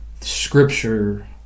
Scripture